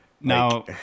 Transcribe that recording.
Now